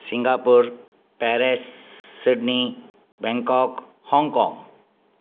Singapore Paris Sydney Bangkok Hong Kong